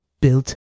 built